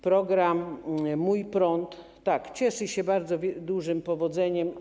Program „Mój prąd” cieszy się bardzo dużym powodzeniem.